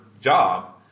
job